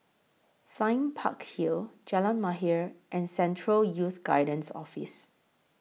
Sime Park Hill Jalan Mahir and Central Youth Guidance Office